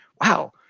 wow